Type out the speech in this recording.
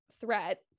threat